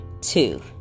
two